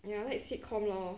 ya I like sitcom lor